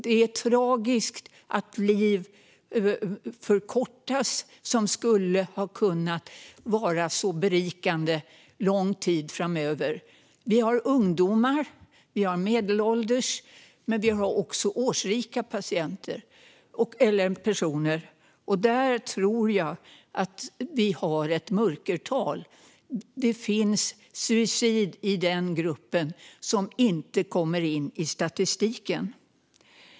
Det är tragiskt att liv förkortas som skulle ha kunnat vara så berikande lång tid framöver. Vi har ungdomar. Vi har medelålders personer. Men vi har också årsrika personer, och där tror jag att vi har ett mörkertal. Det finns suicid i den gruppen som inte kommer in i statistiken.